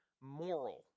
moral